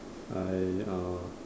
I uh